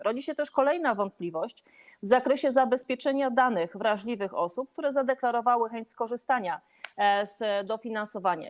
Rodzi się też kolejna wątpliwość w zakresie zabezpieczenia danych wrażliwych osób, które zadeklarowały chęć skorzystania z dofinansowania.